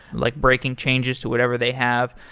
like breaking changes to whatever they have.